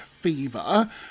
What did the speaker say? Fever